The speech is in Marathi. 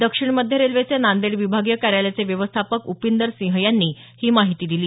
दक्षिण मध्य रेल्वेचे नांदेड विभागीय कार्यालयाचे व्यवस्थापक उपिंदर सिंह यांनी ही माहिती दिली